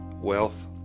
wealth